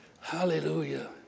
hallelujah